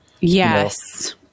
yes